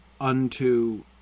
unto